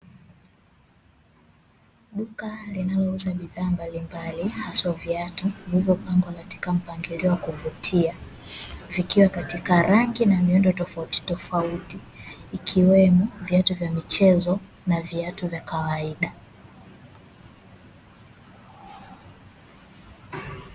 Duka linalouuza bidhaa mbalimbali haswa viatu vilivyopangwa katika mpangilio wa kuvutia, vikiwa katika rangi na miundo tofauti tofauti, ikiwemo viatu vya michezo na viatu vya kawaida.